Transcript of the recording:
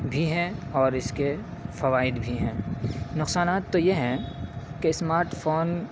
بھی ہیں اور اس کے فوائد بھی ہیں نقصانات تو یہ ہیں کہ اسمارٹ فون